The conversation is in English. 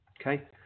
Okay